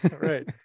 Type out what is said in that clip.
Right